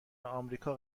آمریکا